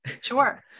sure